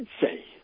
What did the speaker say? say